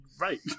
right